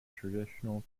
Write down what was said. traditional